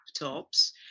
laptops